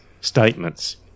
statements